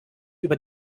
über